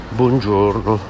buongiorno